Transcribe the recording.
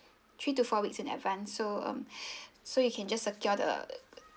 three to four weeks in advance so um so you can just secure the